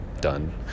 done